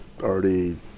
already